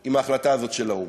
עם ההחלטה הזאת של האו"ם,